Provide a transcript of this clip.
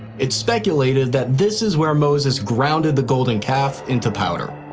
it's speculated that this is where moses grounded the golden calf into powder.